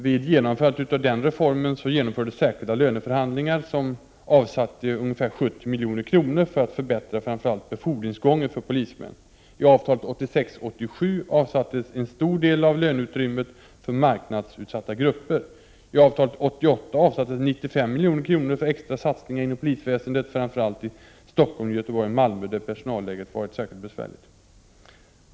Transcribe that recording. Vid genomförandet av den reformen genomfördes särskilda löneförhandlingar som avsatte ungefär 70 milj.kr. för att förbättra framför allt befordringsgången för polismän. I avtalet 1986/87 avsattes en stor del av löneutrymmet för marknadsutsatta grupper. I avtalet 1988 avsattes 95 milj.kr. för extra satsningar inom polisväsendet, framför allt i Stockholm, Göteborg och Malmö, där personalläget varit särskilt besvärligt.